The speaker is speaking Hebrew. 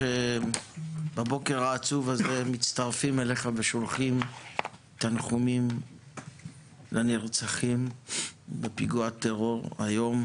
בבוקר העצוב הזה מצטרפים אליך ושולחים תנחומים לנרצחים בפיגוע הטרור היום